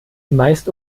meist